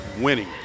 winning